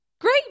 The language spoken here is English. great